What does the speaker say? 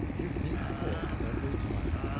give me pork, every time.